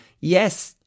yes